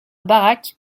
baraque